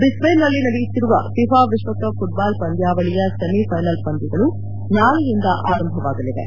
ಬ್ರಿಸ್ಷೇನ್ನಲ್ಲಿ ನಡೆಯುತ್ತಿರುವ ಫಿಫಾ ವಿಶ್ವಕಪ್ ಫುಟ್ವಾಲ್ಪಂದ್ವಾವಳಿಯ ಸೆಮಿಫೈನಲ್ ಪಂದ್ವಗಳು ನಾಳೆಯಿಂದ ಆರಂಭವಾಗಲಿವೆ